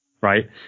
right